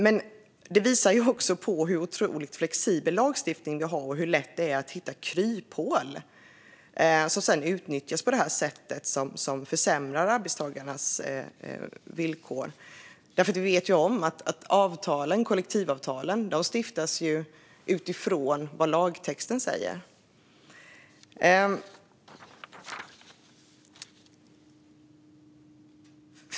Men det visar också vilken otroligt flexibel lagstiftningen vi har och hur lätt det är att hitta kryphål som sedan utnyttjas på ett sätt som försämrar arbetstagarnas villkor. Vi vet ju att kollektivavtalen stiftas utifrån vad lagtexten säger.